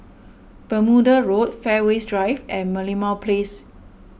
Bermuda Road Fairways Drive and Merlimau Place